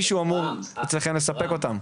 מישהו אמור אצלכם לספק אותם.